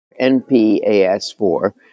NPAs4